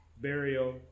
burial